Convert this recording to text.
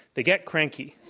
they get cranky.